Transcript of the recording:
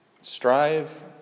Strive